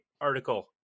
article